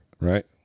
Right